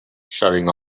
shutting